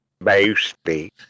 Mostly